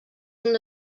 una